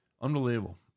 Unbelievable